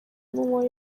n’uwo